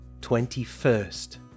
twenty-first